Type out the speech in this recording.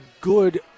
good